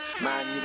man